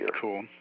Cool